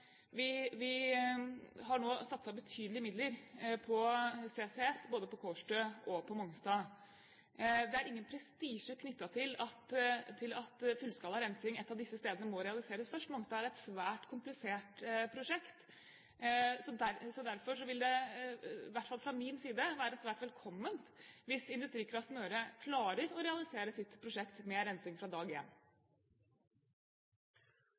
si at vi nå har satset betydelige midler på CCS både på Kårstø og på Mongstad. Det er ingen prestisje knyttet til at fullskala rensing et av disse stedene må realiseres først – Mongstad er et svært komplisert prosjekt – så derfor vil det, i hvert fall fra min side, være svært velkomment hvis Industrikraft Møre klarer å realisere sitt prosjekt med rensing fra dag